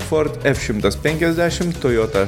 ford f šimtas penkiasdešimt toyota